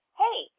hey